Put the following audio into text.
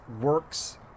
works